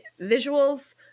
visuals